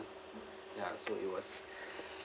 ya so it was